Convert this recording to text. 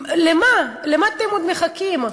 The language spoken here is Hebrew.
למה אתם עוד מחכים?